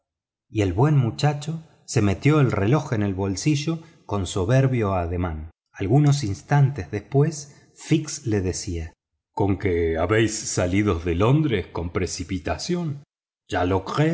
y el buen muchacho se metió el reloj en el bolsillo con soberbio ademán algunos instantes después fix le decía conqué habéis salido de londres con precipitación ya lo